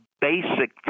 basic